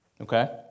Okay